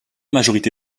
majorité